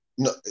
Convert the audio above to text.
No